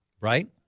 Right